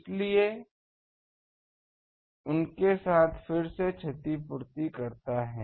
इसलिए उनके साथ फिर से क्षतिपूर्ति करता है